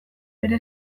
bere